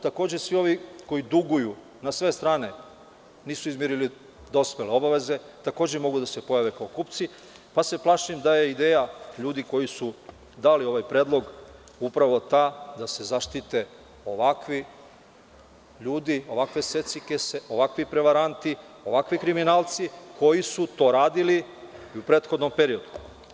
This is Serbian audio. Takođe, svi ovi koji duguju na sve strane, nisu izmirili dospele obaveze, takođe mogu da se pojave kao kupci, pa se plašim da je ideja ljudi koji su dali ovaj predlog upravo ta da se zaštite ovakvi ljudi, ovakve secikese, ovakvi prevaranti, ovakvi kriminalci, koji su to radili i u prethodnom periodu.